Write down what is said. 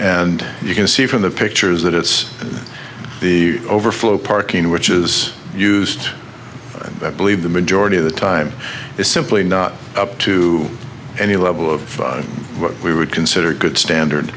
and you can see from the pictures that it's the overflow parking which is used i believe the majority of the time is simply not up to any level of what we would consider good